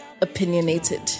opinionated